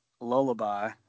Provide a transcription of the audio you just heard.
Lullaby